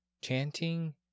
Chanting